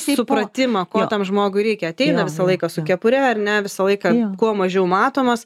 supratimą ko tam žmogui reikia ateina visą laiką su kepure ar ne visą laiką kuo mažiau matomas